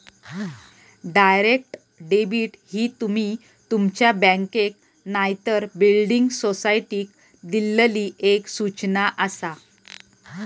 direct debit ही तुमी तुमच्या बँकेक नायतर बिल्डिंग सोसायटीक दिल्लली एक सूचना आसा